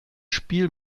spiel